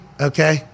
okay